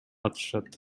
атышат